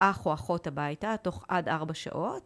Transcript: אח או אחות הביתה תוך עד 4 שעות.